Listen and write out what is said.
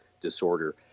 disorder